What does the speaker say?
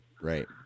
Right